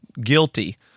guilty